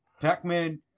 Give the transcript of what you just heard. Pac-Man